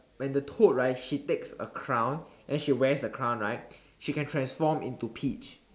when the toad right she takes a crown she wears the crown right she can transform into Peach